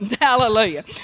hallelujah